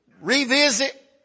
revisit